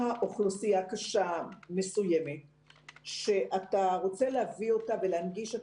אוכלוסייה קשה מסוימת שאתה רוצה להביא אותה ולהנגיש את